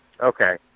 Okay